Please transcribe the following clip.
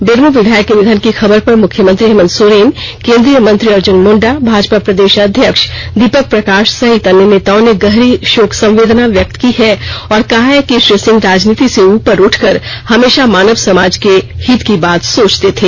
बेरमो विधायक े के निधन की खबर पर मुख्यमंत्री हेमंत सोरेन केन्द्रीय मंत्री अर्जुन मुंडा भाजपा प्रदेश अध्यक्ष दीपक प्रकाश सहित अन्य नेताओं ने गहरी शोक संवेदना व्यक्त की है और कहा है कि श्री सिंह राजनीति से उपर उठकर हमेशा मानव समाज के हित की बात सोचते थे